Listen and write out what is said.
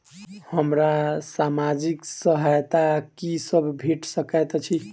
हमरा सामाजिक सहायता की सब भेट सकैत अछि?